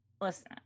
listen